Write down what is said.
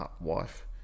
wife